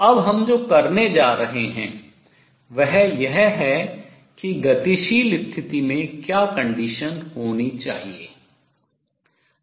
अब हम जो करने जा रहे हैं वह यह है कि गतिशील स्थिति में क्या condition शर्तें होनी चाहिए